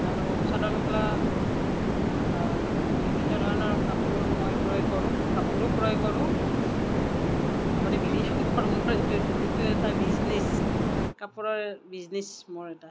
আৰু চাদৰ মেখেলা বা বিভিন্ন ধৰণৰ কাপোৰ মই ক্ৰয় কৰোঁ কাপোৰো ক্ৰয় কৰোঁ লগতে বিভিন্ন ধৰণৰ এইটো এইটো এটা বিজনেচ কাপোৰৰ বিজনেচ মোৰ এটা